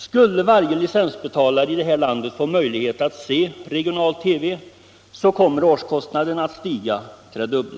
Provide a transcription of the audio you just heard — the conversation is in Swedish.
Skulle varje licensbetalare i det här landet få möjlighet att se regional TV kommer årskostnaden att stiga till det dubbla.